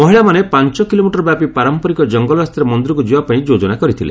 ମହିଳାମାନେ ପାଞ୍ଚ କିଲୋମିଟର ବ୍ୟାପି ପାରମ୍ପରିକ ଜଙ୍ଗଲ ରାସ୍ତାରେ ମନ୍ଦିରକୁ ଯିବା ପାଇଁ ଯୋଜନା କରିଥିଲେ